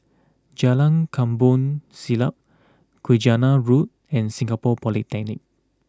Jalan Kampong Siglap Saujana Road and Singapore Polytechnic